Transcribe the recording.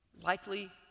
Likely